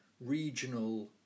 regional